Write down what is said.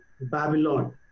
Babylon